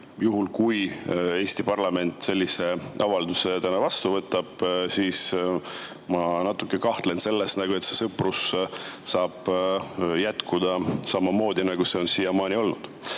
juhul, kui Eesti parlament sellise avalduse täna vastu võtab, ma natuke kahtlen selles, et see sõprus saab jätkuda samamoodi, nagu see on siiamaani olnud.